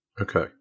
Okay